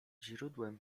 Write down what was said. źródłem